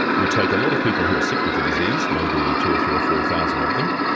we take a lot of people who are sick with the disease, maybe two or three or four thousand of them,